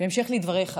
בהמשך לדבריך